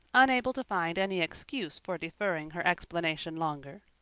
unable to find any excuse for deferring her explanation longer,